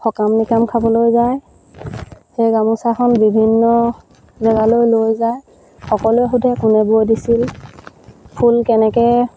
সকাম নিকাম খাবলৈ যায় সেই গামোচাখন বিভিন্ন জেগালৈ লৈ যায় সকলোৱে সুধে কোনে বৈ দিছিল ফুল কেনেকৈ